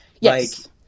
Yes